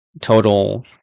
total